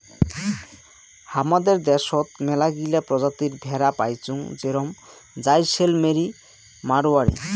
হামাদের দ্যাশোত মেলাগিলা প্রজাতির ভেড়া পাইচুঙ যেরম জাইসেলমেরি, মাড়োয়ারি